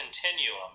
continuum